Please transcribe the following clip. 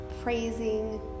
praising